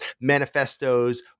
manifestos